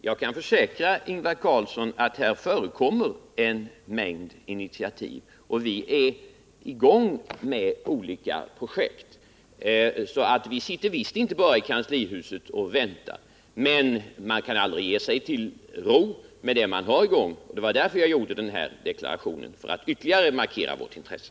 Herr talman! Jag kan försäkra Ingvar Carlsson att det här förekommer en mängd initiativ. Vi är i gång med olika projekt. Vi sitter visst inte i kanslihuset och bara väntar. Men man kan aldrig slå sig till ro med det man har i gång. Det var därför jag gjorde denna deklaration för att ytterligare markera vårt intresse.